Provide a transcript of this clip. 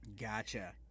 Gotcha